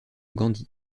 gandhi